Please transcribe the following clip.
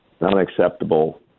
unacceptable